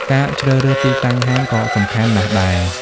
ការជ្រើសរើសទីតាំងហាងក៏សំខាន់ណាស់ដែរ។